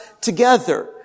together